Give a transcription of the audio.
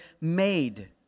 made